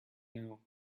now